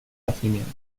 yacimiento